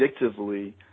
addictively